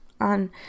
on